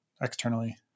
externally